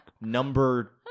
number